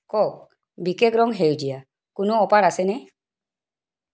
ক'ক বিশেষ ৰং সেউজীয়াত কোনো অফাৰ আছেনে